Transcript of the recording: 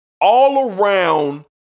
all-around